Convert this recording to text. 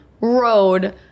road